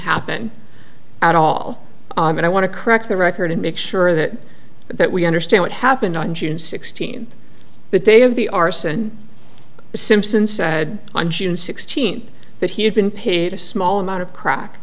happen at all and i want to correct the record and make sure that that we understand what happened on june sixteenth the day of the arson simpson said on june sixteenth that he had been paid a small amount of crack